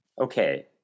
Okay